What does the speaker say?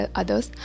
others